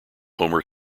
homer